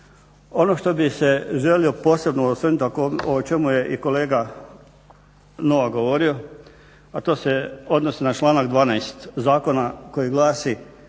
Ono što bi se želio posebno osvrnut, o čemu je i kolega Novak govorio, a to se odnosi na članak 12. Zakona koji glasi: